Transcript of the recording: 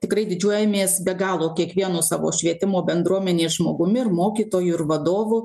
tikrai didžiuojamės be galo kiekvienu savo švietimo bendruomenės žmogumi ir mokytoju ir vadovu